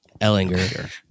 Ellinger